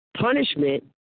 punishment